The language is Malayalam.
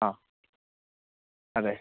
ആ അതെ